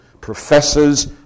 professors